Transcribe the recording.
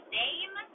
name